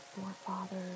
forefathers